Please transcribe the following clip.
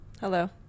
Hello